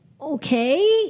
Okay